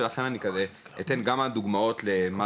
ולכן אני אתן פשוט אתן כמה דוגמאות למה